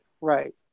Right